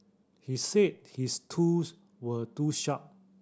he said his tools were too sharp